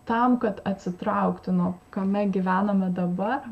tam kad atsitraukti nuo kame gyvename dabar